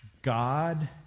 God